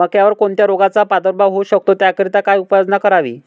मक्यावर कोणत्या रोगाचा प्रादुर्भाव होऊ शकतो? त्याकरिता काय उपाययोजना करावी?